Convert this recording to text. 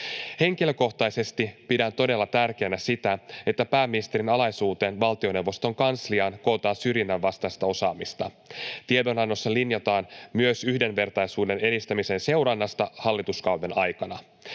Henkilökohtaisesti pidän todella tärkeänä sitä, että pääministerin alaisuuteen valtioneuvoston kansliaan kootaan syrjinnän vastaista osaamista. Tiedonannossa linjataan myös yhdenvertaisuuden edistämisen seurannasta hallituskauden aikana.